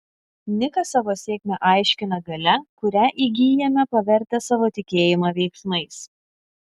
nikas savo sėkmę aiškina galia kurią įgyjame pavertę savo tikėjimą veiksmais